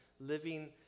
living